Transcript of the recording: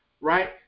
right